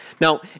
Now